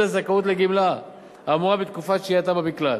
הזכאות לגמלה האמורה בתקופת שהייתה במקלט.